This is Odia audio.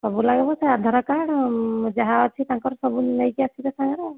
ସବୁ ଲାଗିବ ସେ ଆଧାର କାର୍ଡ଼ ଯାହା ଅଛି ତାଙ୍କର ସବୁ ନେଇକି ଆସିବେ ସାଙ୍ଗରେ ଆଉ